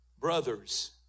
Brothers